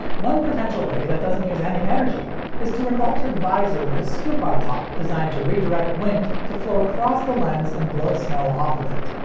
one potential way that doesn't use any energy is through an altered visor with a scoop on top designed to redirect wind to flow across the lens and blow snow off of it.